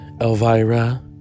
Elvira